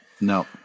No